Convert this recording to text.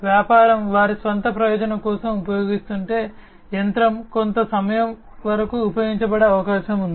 వ్యాపారం వారి స్వంత ప్రయోజనం కోసం ఉపయోగిస్తుంటే యంత్రం కొంత సమయం వరకు ఉపయోగించబడే అవకాశం ఉంది